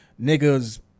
nigga's